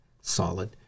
solid